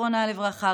זיכרונה לברכה,